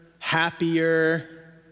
happier